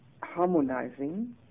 harmonizing